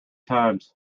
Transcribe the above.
times